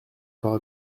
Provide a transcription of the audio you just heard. corps